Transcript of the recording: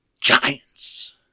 Giants